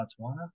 Botswana